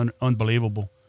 unbelievable